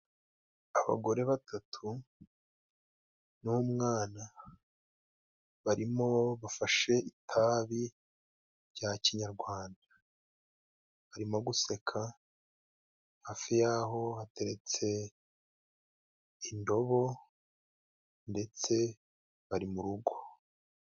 Abagore batatu n'umwana, barimo bafashe itabi rya kinyarwanda barimo guseka. Hafi yaho hateretse indobo ndetse bari mu rugo.